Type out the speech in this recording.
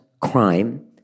crime